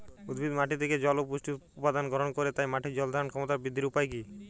উদ্ভিদ মাটি থেকে জল ও পুষ্টি উপাদান গ্রহণ করে তাই মাটির জল ধারণ ক্ষমতার বৃদ্ধির উপায় কী?